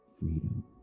Freedom